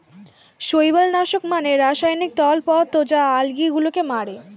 শৈবাল নাশক মানে রাসায়নিক তরল পদার্থ যা আলগী গুলোকে মারে